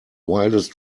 wildest